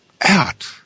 out